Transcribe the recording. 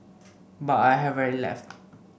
but I have rarely left